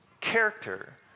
character